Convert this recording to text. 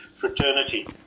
fraternity